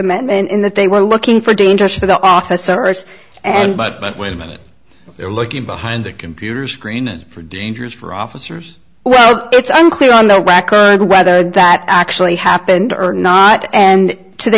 amendment in that they were looking for dangerous for the officers and but but wait a minute they're looking behind a computer screen for dangers for officers well it's unclear on the record whether that actually happened or not and to the